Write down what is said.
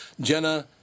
Jenna